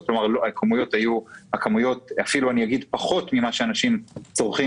כלומר אפילו פחות מן הכמויות שאנשים צורכים,